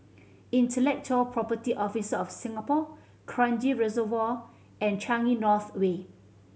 Intellectual Property Office of Singapore Kranji Reservoir and Changi North Way